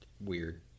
weird